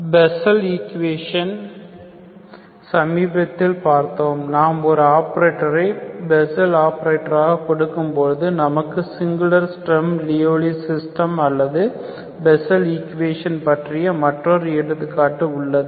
Bessel equation சமீபத்தில் படித்தோம் நாம் ஒரு ஆப்பரேட்டரை பேஸ்ஸல் ஆபரேட்டராக கொடுக்கும் போது நமக்கு சிங்குளர் ஸ்ட்ரம் லியவ்லி சிஸ்டம் அல்லது பேஸ்ஸல் ஈக்குவேஷன் பற்றிய மற்றொரு எடுத்துக்காட்டு உள்ளது